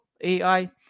AI